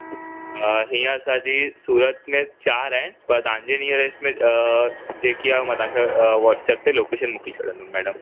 अ हीअं असांजी सूरत में चारि आहिनि पर तव्हांजे निएरेस्ट में जेकी आहे मां तव्हांखे हूअ वट्सऐप ते लोकेशन मोकिले छॾंदुमि मैडम